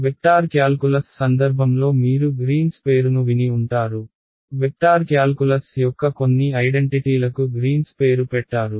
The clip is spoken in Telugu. వెక్టార్ క్యాల్కులస్ సందర్భంలో మీరు గ్రీన్స్ పేరును విని ఉంటారు వెక్టార్ క్యాల్కులస్ యొక్క కొన్ని ఐడెంటిటీలకు గ్రీన్స్ పేరు పెట్టారు